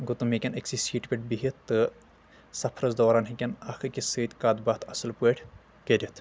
گوٚو تِم ہٮ۪کَن أکسٕے سیٖٹہِ پٮ۪ٹھ بِہِتھ تہٕ سفرس دوران ہٮ۪کَن اکھ أکِس سۭتۍ کتھ باتھ اصل پٲٹھۍ کٔرتھ